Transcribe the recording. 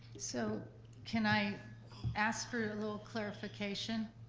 so can i ask for a little clarification?